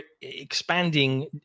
expanding